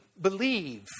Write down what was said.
believe